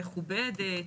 מכובדת.